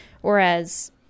Whereas